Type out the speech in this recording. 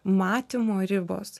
matymo ribos